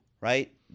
right